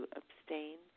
abstain